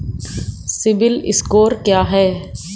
CIBIL score क्या है?